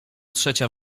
trzecia